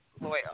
loyal